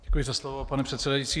Děkuji za slovo, pane předsedající.